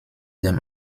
dem